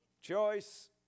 Choice